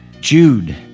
Jude